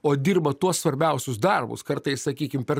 o dirba tuos svarbiausius darbus kartais sakykim per